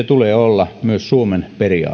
tulee olla myös suomen periaate